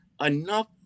enough